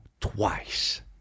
twice